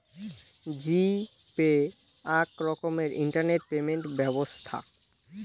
জি pay আক রকমের internet payment ব্যবছ্থা